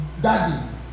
daddy